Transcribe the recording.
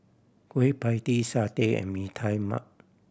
Kueh Pie Tee satay and Mee Tai Mak